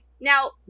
now